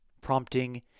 prompting